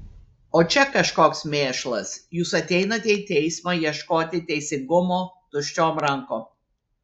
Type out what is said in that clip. o čia kažkoks mėšlas jūs ateinate į teismą ieškoti teisingumo tuščiom rankom